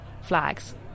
Flags